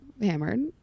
hammered